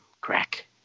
crack